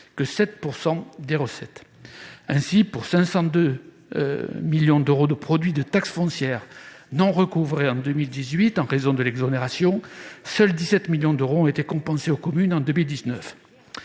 des moindres recettes. Ainsi, pour 502,5 millions d'euros de produit de taxe foncière non recouvré en 2018 en raison de l'exonération, seuls 17 millions d'euros ont été compensés aux communes en 2019.